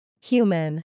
Human